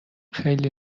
خیلی